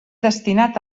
destinat